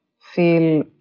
feel